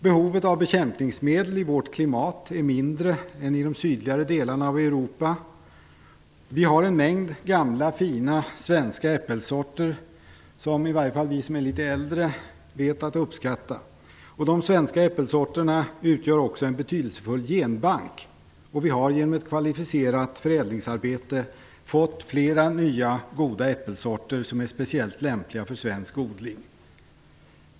Behovet av bekämpningsmedel i vårt klimat är mindre än i sydligare delar av Europa. Vi har en mängd gamla, fina svenska äppelsorter som i alla fall vi som är litet äldre vet att uppskatta. De svenska äppelsorterna utgör också en betydelsefull genbank. Vi har genom ett kvalificerat förädlingsarbete fått flera nya goda äppelsorter, som är speciellt lämpliga för odling i Sverige.